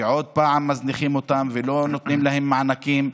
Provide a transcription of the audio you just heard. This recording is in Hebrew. שעוד פעם מזניחים אותם ולא נותנים להם מענקים,